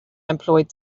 employed